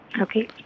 Okay